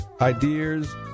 ideas